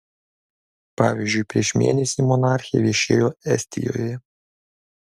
pavyzdžiui prieš mėnesį monarchė viešėjo estijoje